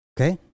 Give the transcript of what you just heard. okay